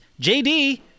JD